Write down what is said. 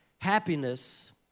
Happiness